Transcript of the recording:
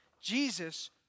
Jesus